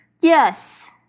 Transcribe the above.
Yes